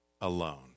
alone